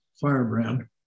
firebrand